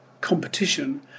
competition